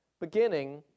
beginning